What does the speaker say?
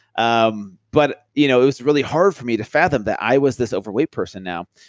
um but, you know, it was really hard for me to fathom that i was this overweight person now.